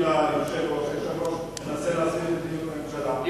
היושב-ראש מנסה להסביר את מדיניות הממשלה,